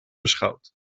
beschouwt